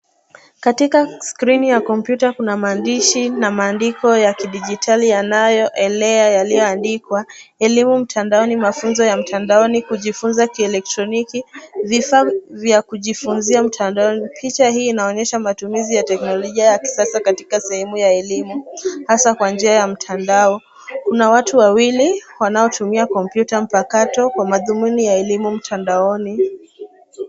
Katika skrini ya kompyuta kuna maandishi na maandiko ya kidijitali yanayo elea yaliyo andikwa "Elimu Mtandaoni," "Mafunzo ya Mtandaoni," "Kujifunza Ki-elektroniki," "vifaa vya Kujifunzia Mtandaoni." Picha hii inaonyesha matumizi ya teknolojia ya kisasa katika sehemu ya elimu, hasa kwa njia ya mtandao. Kuna atu wawili wanaotumia kompyuta mpakato kwa madhumuni ya elimu mtandaoni.